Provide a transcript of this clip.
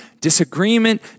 disagreement